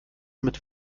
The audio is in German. mit